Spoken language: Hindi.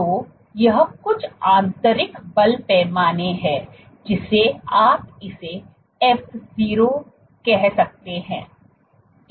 तो यह कुछ आंतरिक बल पैमाने है जिसे आप इसे f0 कह सकते हैं